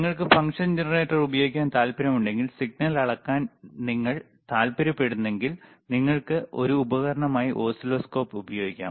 നിങ്ങൾക്ക് function generator ഉപയോഗിക്കാൻ താൽപ്പര്യമുണ്ടെങ്കിൽ സിഗ്നൽ അളക്കാൻ നിങ്ങൾ താൽപ്പര്യപ്പെടുന്നെങ്കിൽ നിങ്ങൾക്ക് ഒരു ഉപകരണമായി ഓസിലോസ്കോപ്പ് ഉപയോഗിക്കാം